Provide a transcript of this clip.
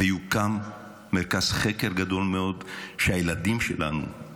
ויוקם מרכז חקר גדול מאוד שהילדים שלנו,